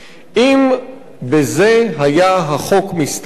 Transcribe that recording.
אם בזה היה החוק מסתפק,